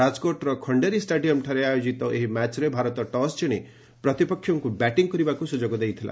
ରାଜକୋଟ୍ର ଖଣ୍ଡେରୀ ଷ୍ଟାଡିୟମ୍ରେ ଆୟୋକ୍ତ ଏହି ମ୍ୟାଚ୍ରେ ଭାରତ ଟସ୍ ଜିଶି ପ୍ରତୀପକ୍ଷଙ୍କୁ ବ୍ୟାଟିଂ କରିବାକୁ ସୁଯୋଗ ଦେଇଥିଲା